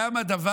גם הדבר,